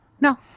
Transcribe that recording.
No